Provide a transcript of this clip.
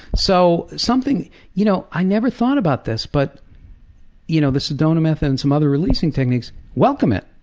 so something you know i never thought about this, but you know the sedona method and some other releasing techniques welcome it.